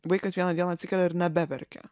vaikas vieną dieną atsikelia ir nebeverkia